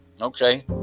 okay